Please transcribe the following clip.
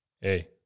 Hey